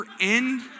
end